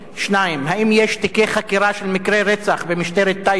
2. האם יש תיקי חקירה של מקרי רצח במשטרת טייבה?